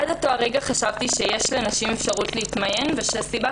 עד לאותו רגע חשבתי שיש לנשים אפשרות להתמיין ושהסיבה